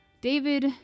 David